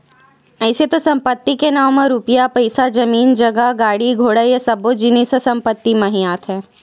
अइसे तो संपत्ति के नांव म रुपया पइसा, जमीन जगा, गाड़ी घोड़ा ये सब्बो जिनिस ह संपत्ति म ही आथे